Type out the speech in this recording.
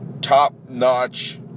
top-notch